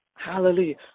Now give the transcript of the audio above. Hallelujah